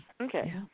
Okay